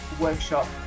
workshop